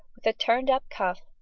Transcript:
with a turned-up cuff,